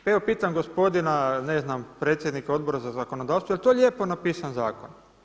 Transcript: Pa evo pitam gospodina ne znam predsjednika Odbora za zakonodavstvo, jel' to lijepo napisan zakon?